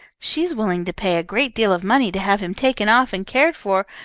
she is willing to pay a great deal of money to have him taken off and cared for,